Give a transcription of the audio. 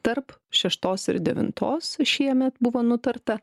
tarp šeštos ir devintos šiemet buvo nutarta